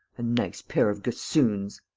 a nice pair of gossoons.